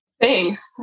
Thanks